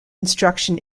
instruction